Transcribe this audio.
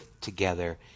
together